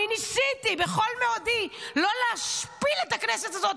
ניסיתי בכל מאודי לא להשפיל את הכנסת הזאת,